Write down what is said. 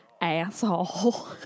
asshole